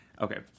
Okay